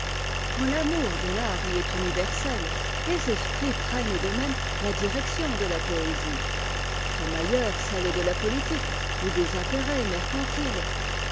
quand l'amour de fart y est universel les esprits prennent d'eux-mêmes la direction de la poésie comme ailleurs celle de la politique ou des intérêts mercantiles